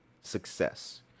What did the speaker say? success